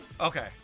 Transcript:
Okay